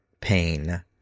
pain